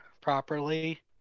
Properly